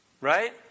right